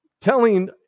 telling